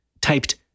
typed